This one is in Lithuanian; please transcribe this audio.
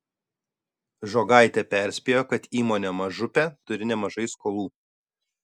žogaitė perspėjo kad įmonė mažupė turi nemažai skolų